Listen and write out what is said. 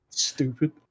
stupid